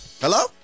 hello